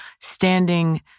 standing